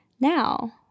now